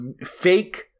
fake